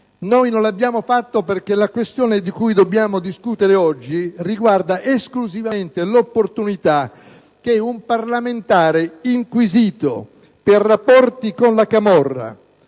vicenda ha avuto, perché la questione di cui dobbiamo discutere oggi riguarda esclusivamente l'opportunità che un parlamentare inquisito per rapporti con la camorra,